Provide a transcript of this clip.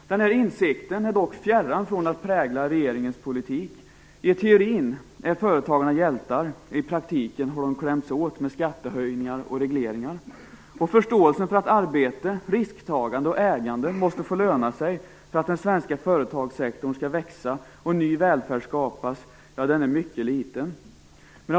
Denna insikt är dock fjärran från att prägla regeringens politik. I teorin är företagarna hjältar; i praktiken har de klämts åt med skattehöjningar och regleringar. Förståelsen för att arbete, risktagande och ägande måste få löna sig för att den svenska företagssektorn skall växa och ny välfärd skapas är mycket liten.